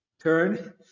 Turn